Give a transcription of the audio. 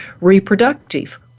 reproductive